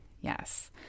Yes